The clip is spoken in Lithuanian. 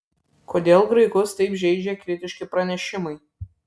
kodėl graikus taip žeidžia kritiški pranešimai